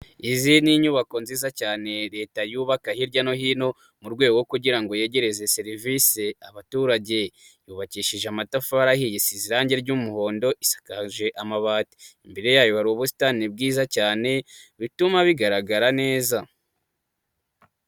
Izi ni inyubako nziza cyane Leta yubaka hirya no hino, mu rwego kugira ngo yegerereza serivisi abaturage, yubakishije amatafari isize irangi ry'umuhondo, isakaje amabati, imbere yayo hari ubusitani ni bwiza cyane, bituma bigaragara neza.